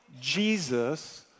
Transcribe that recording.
Jesus